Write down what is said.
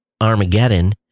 Armageddon